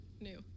new